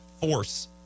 force